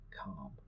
calm